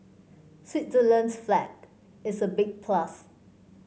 Switzerland's flag is a big plus